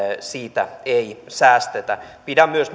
siitä ei säästetä pidän myös